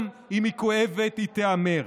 גם אם היא כואבת, היא תיאמר.